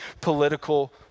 political